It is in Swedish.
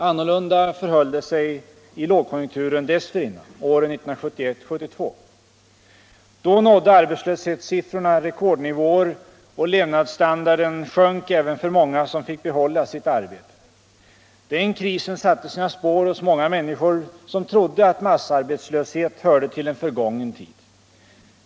Annorlunda förhöll det sig i lågkonjunkturen dessförinnan, åren 1971-1972. Då nådde arbetslöshetssiffrorna rekordnivåer, och levnadsstandarden sjönk även för många som fick behålla sitt arbete. Den krisen satte sina spår hos många människor, som trodde att massarbetslöshet hörde till en förgången tid.